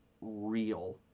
real